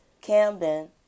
Camden